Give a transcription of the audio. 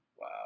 Wow